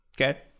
Okay